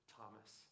Thomas